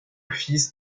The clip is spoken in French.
fils